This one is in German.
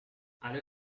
alle